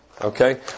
Okay